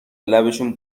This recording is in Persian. لبشون